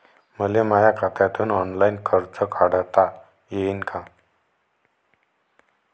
मले माया खात्यातून ऑनलाईन कर्ज काढता येईन का?